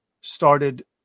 started